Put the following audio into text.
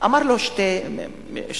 ואמר לו שני משפטים.